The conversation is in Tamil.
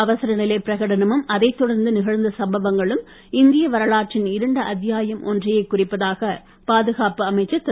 அவசரநிலை பிரகடனமும் அதைத் தொடர்ந்து நிகழ்ந்த சம்பவங்களும் இந்திய வரலாற்றின் இருண்ட அத்தியாயம் ஒன்றையே குறிப்பதாக பாதுகாப்பு அமைச்சர் திரு